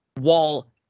Wall